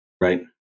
Right